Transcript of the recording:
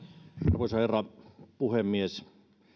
arvoisa herra puhemies